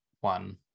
one